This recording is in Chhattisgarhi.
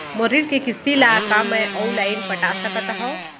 मोर ऋण के किसती ला का मैं अऊ लाइन पटा सकत हव?